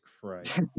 christ